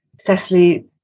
Cecily